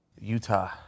Utah